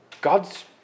God's